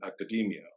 academia